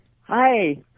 Hi